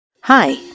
Hi